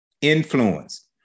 Influence